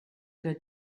good